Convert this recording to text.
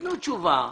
תנו תשובה.